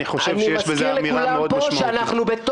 אני חושב שיש בזה אמירה משמעותית מאוד.